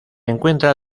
encuentra